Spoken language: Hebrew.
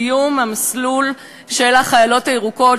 סיום המסלול של החיילות "הירוקות",